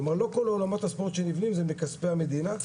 כלומר לא כל אולמות הספורט זה מכספי המדינה,